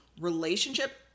relationship